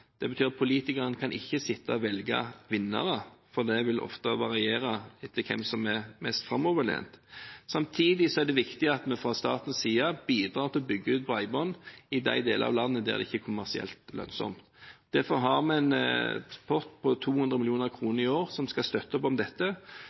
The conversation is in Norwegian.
Det betyr at politikerne kan ikke sitte og velge vinnere, for det vil ofte variere etter hvem som er mest framoverlent. Samtidig er det viktig at vi fra statens side bidrar til å bygge ut bredbånd i de deler av landet der det ikke er kommersielt lønnsomt. Derfor har vi en pott på 200